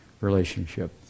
relationship